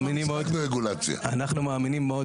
אנחנו מאמינים מאוד